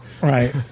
Right